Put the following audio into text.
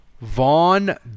Vaughn